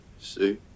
see